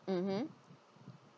mmhmm